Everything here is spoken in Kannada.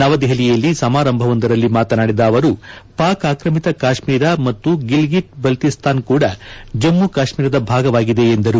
ನವದೆಹಲಿಯಲ್ಲಿ ಸಮಾರಂಭವೊಂದರಲ್ಲಿ ಮಾತನಾಡಿದ ಅವರು ಪಾಕ್ ಆಕ್ರಮಿತ ಕಾಶ್ಸೀರ ಮತ್ತು ಗಿಲ್ಗಿಟ್ ಬಲ್ತಿಸ್ತಾನ್ ಕೂಡ ಜಮ್ಮ ಕಾಶ್ಮೀರದ ಭಾಗವಾಗಿದೆ ಎಂದರು